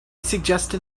suggested